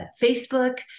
Facebook